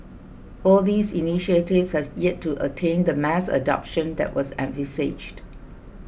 all these initiatives have yet to attain the mass adoption that was envisaged